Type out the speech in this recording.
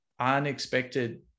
unexpected